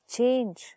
Change